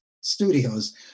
studios